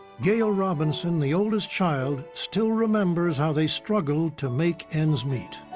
gail robinson, the oldest child, still remembers how they struggled to make ends meet.